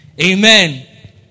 Amen